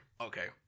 Okay